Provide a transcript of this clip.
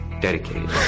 Dedicated